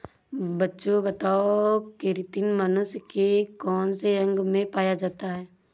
बच्चों बताओ केरातिन मनुष्य के कौन से अंग में पाया जाता है?